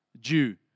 Jew